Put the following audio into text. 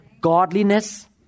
Godliness